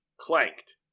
clanked